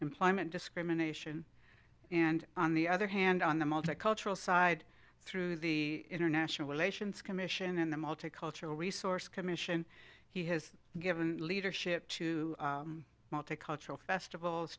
employment discrimination and on the other hand on the multicultural side through the international relations commission and the multicultural resource commission he has given leadership to take cultural festivals